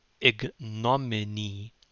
ignominy